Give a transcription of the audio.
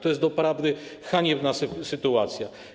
To jest doprawdy haniebna sytuacja.